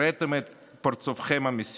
הראיתם את פרצופכם המסית,